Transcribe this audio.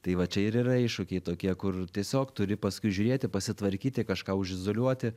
tai va čia ir yra iššūkiai tokie kur tiesiog turi paskui žiūrėti pasitvarkyti kažką užizoliuoti